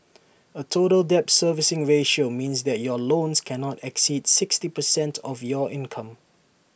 A total debt servicing ratio means that your loans cannot exceed sixty percent of your income